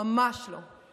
ממש לא,